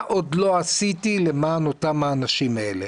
מה עוד לא עשיתי למען האנשים האלה.